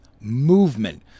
movement